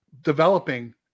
developing